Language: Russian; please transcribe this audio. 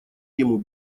ему